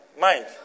mind